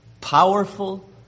powerful